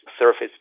surface